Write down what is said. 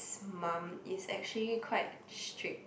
mum is actually quite strict